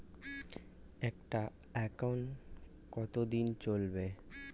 একটা একাউন্ট কতদিন চলিবে?